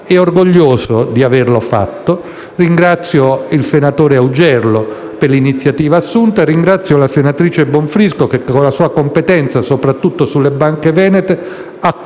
è orgoglioso di averlo fatto. Ringrazio il senatore Augello per l'iniziativa assunta e ringrazio la senatrice Bonfrisco che con la sua competenza, soprattutto sulle banche venete, ha